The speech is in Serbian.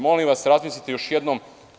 Molim vas, razmislite još jednom.